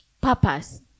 purpose